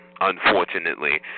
unfortunately